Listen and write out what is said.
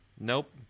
Nope